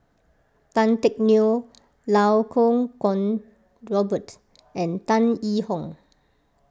Tan Teck Neo Iau Kuo Kwong Robert and Tan Yee Hong